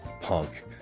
punk